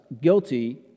guilty